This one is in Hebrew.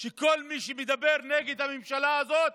שכל מי שמדבר נגד הממשלה הזאת